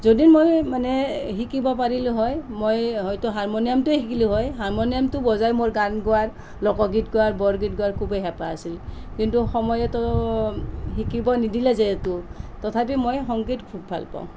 যদি মই মানে শিকিব পাৰিলোঁ হয় মই হয়টো হাৰমণিয়ামটোৱে শিকিলোঁ হয় হাৰমণিয়ামটো বজাই মোৰ গান গোৱাৰ লোকগীত গোৱাৰ বৰগীত গোৱাৰ খুবেই হেপাহ আছিল কিন্তু সময়তো শিকিব নিদিলে যিহেতু তথাপি মই সংগীত খুব ভাল পাওঁ